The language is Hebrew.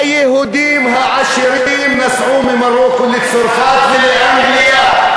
היהודים העשירים נסעו ממרוקו לצרפת ולאנגליה.